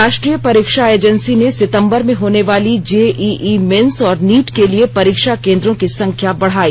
राष्ट्रीय परीक्षा एजेंसी ने सितंबर में होने वाली जेईईमेन्स और नीट के लिए परीक्षा केन्द्रों की संख्या बढ़ाई